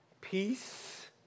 peace